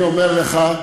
אני אומר לך,